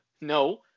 no